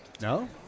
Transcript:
No